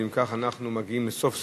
ואם כך, אנחנו מגיעים לסוף סדר-היום.